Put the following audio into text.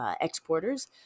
exporters